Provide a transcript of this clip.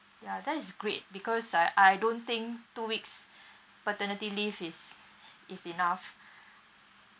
ya that is great because I I don't think two weeks paternity leave is is enough